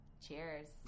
Cheers